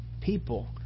people